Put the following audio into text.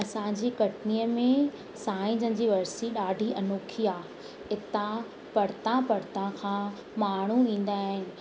असांजी कटनीअ में साईं जन जी वरसी ॾाढी अनोखी आहे इतां परितां परितां खां माण्हू ईंदा आहिनि